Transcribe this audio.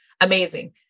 amazing